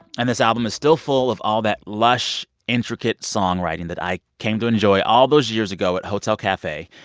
and this album is still full of all that lush, intricate songwriting that i came to enjoy all those years ago at hotel cafe.